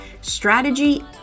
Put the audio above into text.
strategy